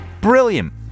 Brilliant